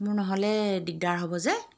মোৰ নহ'লে দিগদাৰ হ'ব যে